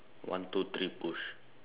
one two three push